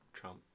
Trump